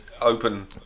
open